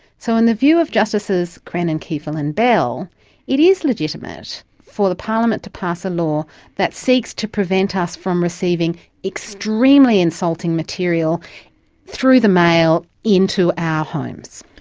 so in the view of justices crennan, kiefel and bell it is legitimate for the parliament to pass a law that seeks to prevent us from receiving extremely insulting material through the mail into our homes.